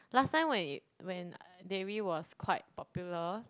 last time when it when Dayre was quite popular